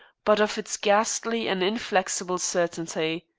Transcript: but of its ghastly and inflexible certainty.